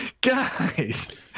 guys